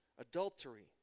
adultery